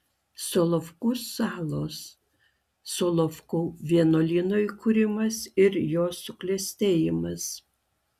solovkų salos solovkų vienuolyno įkūrimas ir jo suklestėjimas